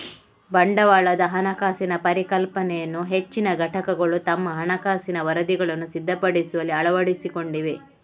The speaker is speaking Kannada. ಬಂಡವಾಳದ ಹಣಕಾಸಿನ ಪರಿಕಲ್ಪನೆಯನ್ನು ಹೆಚ್ಚಿನ ಘಟಕಗಳು ತಮ್ಮ ಹಣಕಾಸಿನ ವರದಿಗಳನ್ನು ಸಿದ್ಧಪಡಿಸುವಲ್ಲಿ ಅಳವಡಿಸಿಕೊಂಡಿವೆ